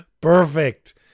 Perfect